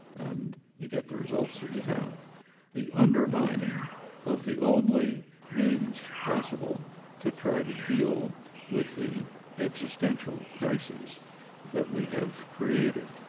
and you get the results that you have the undermining of the only means possible to try to deal with the existential crises that we have created.